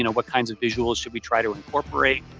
you know what kind of visuals should we try to incorporate?